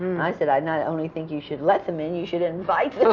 and i said, i not only think you should let them in you should invite them